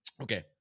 okay